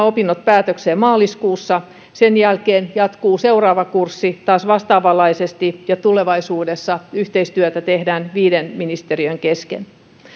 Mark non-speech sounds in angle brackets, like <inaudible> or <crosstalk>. <unintelligible> opinnot päätökseen maaliskuussa sen jälkeen jatkuu seuraava kurssi taas vastaavanlaisesti ja tulevaisuudessa yhteistyötä tehdään viiden ministeriön kesken